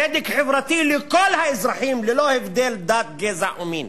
צדק חברתי לכל האזרחים ללא הבדל דת, גזע או מין.